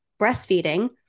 breastfeeding